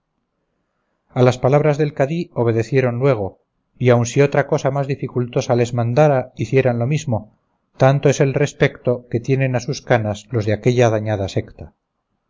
a las palabras del cadí obedecieron luego y aun si otra cosa más dificultosa les mandara hicieran lo mismo tanto es el respecto que tienen a sus canas los de aquella dañada secta